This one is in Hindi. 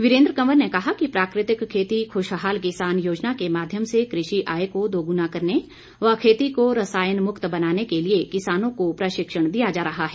वीरेंद्र कवर ने कहा कि प्राकृतिक खेती खुशहाल किसान योजना के माध्यम से कृषि आय को दोगुणा करने व खेती को रसायन मुक्त बनाने के लिए किसानों को प्रशिक्षण दिया जा रहा है